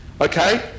Okay